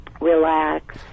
relax